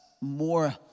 more